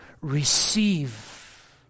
Receive